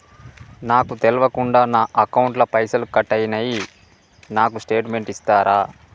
నాకు తెల్వకుండా నా అకౌంట్ ల పైసల్ కట్ అయినై నాకు స్టేటుమెంట్ ఇస్తరా?